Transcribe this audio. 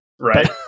Right